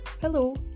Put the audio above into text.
Hello